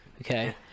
okay